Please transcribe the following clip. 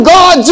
God